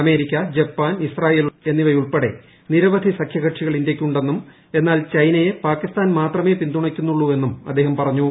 America Japan Israel എന്നിിവയുൾപ്പെടെ നിരവധി സഖ്യകക്ഷികൾ ഇന്തൃയ്ക്കുണ്ടെന്നും എന്നാൽ ചൈനയെ പാകിസ്ഥാൻ മാത്രമേ പിന്തുണയ്ക്കുന്നുള്ളൂവെന്നും അദ്ദേഹം പറഞ്ഞു